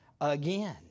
again